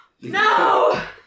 No